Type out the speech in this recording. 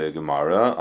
Gemara